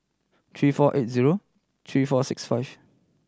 three four eight zero three four six five